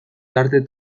darte